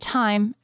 time